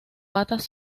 patas